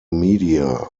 media